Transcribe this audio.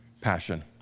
passion